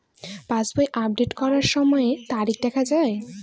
পাসবই update করার সময়ে তারিখ দেখা য়ায়?